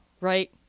right